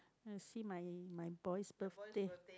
I see my my boy's birthday